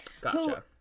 Gotcha